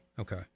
Okay